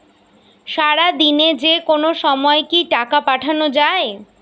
সারাদিনে যেকোনো সময় কি টাকা পাঠানো য়ায়?